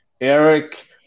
Eric